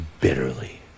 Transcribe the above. bitterly